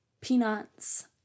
peanuts